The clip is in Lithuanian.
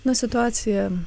na situacija